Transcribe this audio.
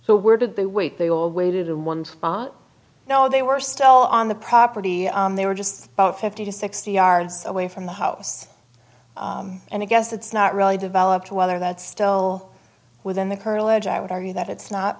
so where did they wait they all waited in one spot you know they were still on the property they were just about fifty to sixty yards away from the house and i guess it's not really developed whether that's still within the courage i would argue that it's not